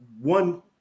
one